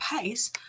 pace